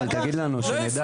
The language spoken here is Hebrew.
תגיד לנו שנדע.